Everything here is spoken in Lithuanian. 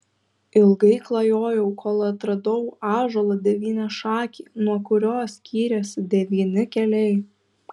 ilgai klajojau kol atradau ąžuolą devyniašakį nuo kurio skyrėsi devyni keliai